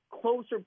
closer